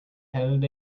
held